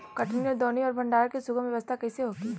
कटनी और दौनी और भंडारण के सुगम व्यवस्था कईसे होखे?